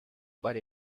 but